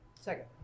Second